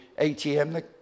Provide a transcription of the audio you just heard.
ATM